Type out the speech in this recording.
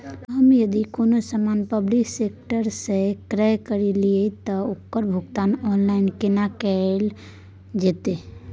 हम यदि कोनो सामान पब्लिक सेक्टर सं क्रय करलिए त ओकर भुगतान ऑनलाइन केना कैल जेतै?